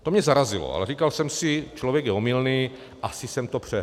To mě zarazilo, ale říkal jsem si, člověk je omylný, asi jsem to přehlédl.